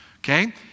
okay